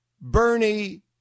Bernie